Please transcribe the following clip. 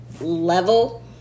level